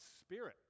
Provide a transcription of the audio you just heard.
Spirit